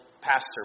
pastor